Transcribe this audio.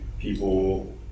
people